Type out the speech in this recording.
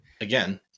Again